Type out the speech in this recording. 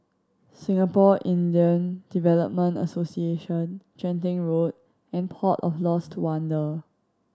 Singapore Indian Development Association Genting Road and Port of Lost Wonder